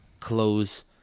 close